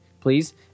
please